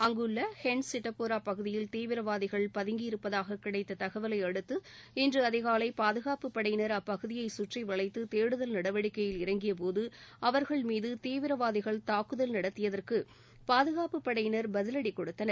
அங்குள்ள ஹென்ட் சிட்டபோரா பகுதியில் தீவிரவாதிகள் பதங்கியிருப்பதாக கிடைத்த தகவலை அடுத்து இன்று அதிகாலை பாதுகாப்பு படையினர் அப்பகுதியை சுற்றிவளைத்து தேடுதல் நடவடிக்கையில இறங்கியபோது அவர்கள் மீது தீவிரவாதிகள் தாக்குதல் நடத்தியதற்கு பாதுகாப்பு படையினர் பதிலடி கொடுத்தனர்